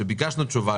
שביקשנו תשובה,